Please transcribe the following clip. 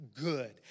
good